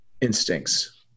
instincts